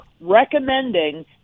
recommending